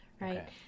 right